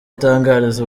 atangariza